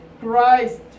Christ